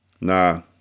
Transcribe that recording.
Nah